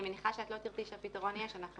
אני מניחה שאת לא תרצי שהפתרון יהיה שאנחנו